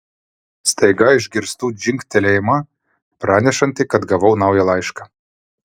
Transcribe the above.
staiga išgirstu dzingtelėjimą pranešantį kad gavau naują laišką